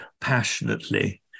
passionately